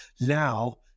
Now